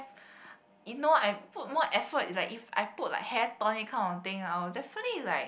you know I put more effort like if I put like hair tonic kind of thing I will definitely like